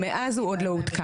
מאז הוא עוד לא עודכן.